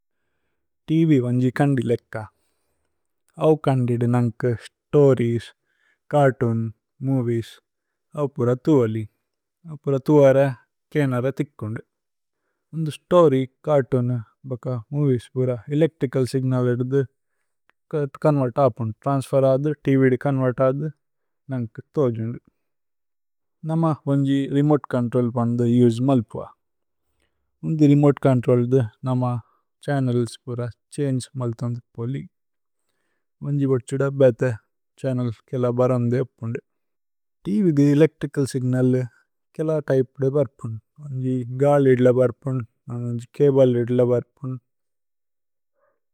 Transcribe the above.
ത്വ് വന്ജി കന്ദിലേക്ക ഔ കന്ദിദു നന്കു സ്തോരിഏസ്। ചര്തൂന് മോവിഏസ് ഔ പുര ഥുവലി ഔ പുര ഥുവര। കേനര ഥിക്കുന്ദു ഉന്ദു സ്തോര്യ്, ചര്തൂനു, ബക്ക। മോവിഏസ് പുര ഏലേച്ത്രിചല് സിഗ്നല് ഏദുദു ഛോന്വേര്ത്। ഹപുന് ത്രന്സ്ഫേര് ഹദു ത്വ് ദു ചോന്വേര്ത് ഹദു നന്കു। ഥോജുന്ദു നമ വന്ജി രേമോതേ ചോന്ത്രോല് പന്ദു ഉസേ। മല്പുഅ ഉന്ദു രേമോതേ ചോന്ത്രോല്ദു നമ ഛന്നേല്സ് പുര। ഛന്ഗേ മല്ഥന്ദു പോലി വന്ജി വഛുദ ബേഥ। ഛന്നേല് കേല വരന്ദു ഹപുന്ദു ത്വ് ദു ഏലേച്ത്രിചല്। സിഗ്നല് കേല ത്യ്പേദ വര്പുന്ദു വന്ജി ഗാല് ഏദുല। വര്പുന്ദു വന്ജി ചബ്ലേ ഏദുല വര്പുന്ദു।